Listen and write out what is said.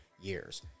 years